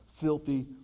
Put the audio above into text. filthy